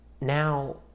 now